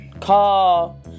call